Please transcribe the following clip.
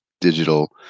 digital